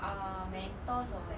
ah mentos or what